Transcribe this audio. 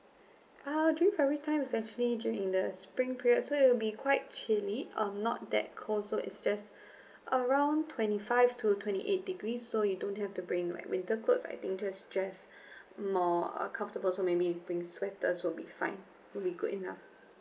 uh during february time is actually due in the spring period so it'll be quite chilly um not that cold so it's just around twenty five to twenty eight degrees so you don't have to bring like winter clothes I think just just more uh comfortable so maybe bring sweaters will be fine will be good enough